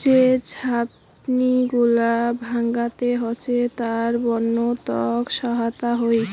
যে ঝাপনি গুলো ডাঙাতে হসে তার বন্য তক সহায়তা হই